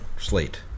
slate